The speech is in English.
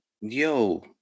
Yo